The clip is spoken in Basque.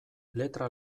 letra